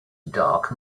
dark